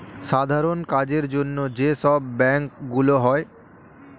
সাধারণ কাজের জন্য যে সব ব্যাংক গুলো হয়